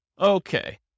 Okay